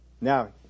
Now